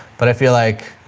but i feel like,